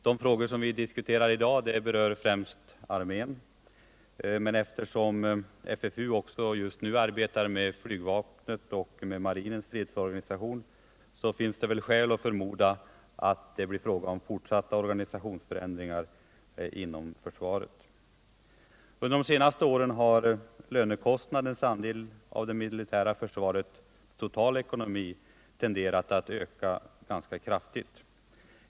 De frågor som vi i dag diskuterar berör främst armén, men eftersom FFU just nu arbetar med flygvapnets och marinens fredsorganisation, finns det väl skäl förmoda att det blir fråga om fortsatta organisationsförändringar inom försvaret. Under de senaste åren har lönekostnadens andel av det militära försvarets totala ekonomi tenderat att öka ganska kraftigt.